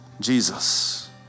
Jesus